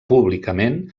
públicament